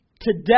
today